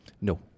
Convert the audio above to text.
No